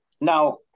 Now